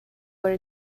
where